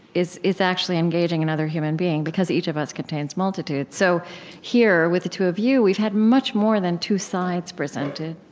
is is actually engaging another human being because each of us contains multitudes. so here, with the two of you, we've had much more than two sides presented.